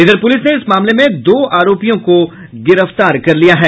इधर पुसिल ने इस मामले में दो आरोपियों को गिरफ्तार कर लिया है